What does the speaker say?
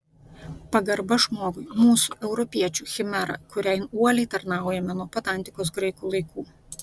pagarba žmogui mūsų europiečių chimera kuriai uoliai tarnaujame nuo pat antikos graikų laikų